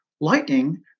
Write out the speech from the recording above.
Lightning